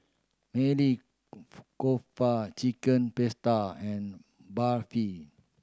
Maili Kofta Chicken Pasta and Barfi